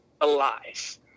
alive